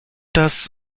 das